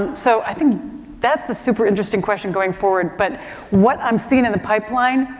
um so i think that's the super interesting question going forward. but what i'm seeing in the pipeline,